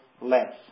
less